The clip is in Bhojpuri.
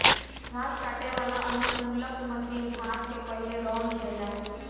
घास काटे वाला अनुकूलक मशीन घास के पहिले रौंद देला